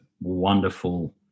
wonderful